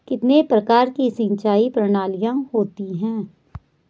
कितने प्रकार की सिंचाई प्रणालियों होती हैं?